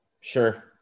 sure